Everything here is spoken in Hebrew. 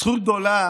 זכות גדולה